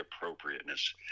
appropriateness